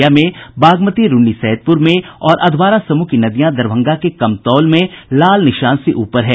वहीं बूढ़ी गंडक खगड़िया में बागमती रून्नीसैदपुर में और अधवारा समूह की नदियां दरभंगा के कमतौल में लाल निशान से ऊपर है